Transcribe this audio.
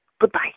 Goodbye